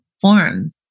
forms